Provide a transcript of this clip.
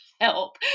help